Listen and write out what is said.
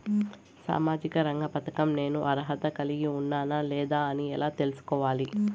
సామాజిక రంగ పథకం నేను అర్హత కలిగి ఉన్నానా లేదా అని ఎలా తెల్సుకోవాలి?